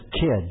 kids